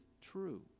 true